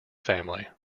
family